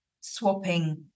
swapping